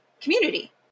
community